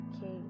okay